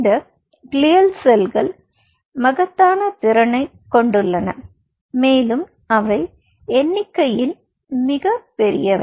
இந்த கிளைல் செல்கள் மகத்தான திறனைக் கொண்டுள்ளன மேலும் அவை எண்ணிக்கையில் மிகப் பெரியவை